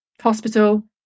hospital